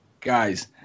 Guys